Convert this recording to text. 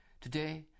Today